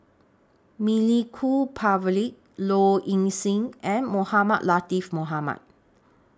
Milenko Prvacki Low Ing Sing and Mohamed Latiff Mohamed